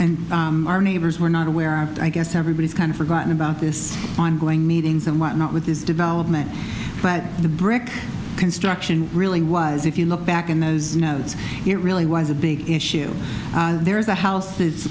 and our neighbors were not aware of i guess everybody's kind of forgotten about this ongoing meetings and whatnot with this development but the brick construction really was if you look back and it really was a big issue there is a house